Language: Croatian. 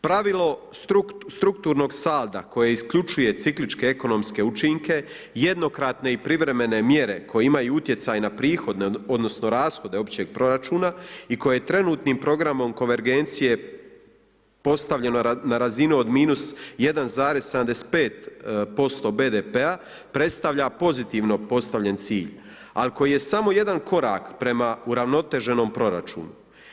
Pravilo strukturnog salda koji isključuje cikličke ekonomske učinke jednokratne i privremene mjere koje imaju utjecaj na prihode odnosno rashode općeg proračuna i koje trenutnim programom konvergencije postavljano na razini od minus 1,75% BDP-a predstavlja pozitivno postavljen cilj, ali koji je samo jedan korak prema uravnoteženom proračunu.